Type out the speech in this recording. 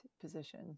position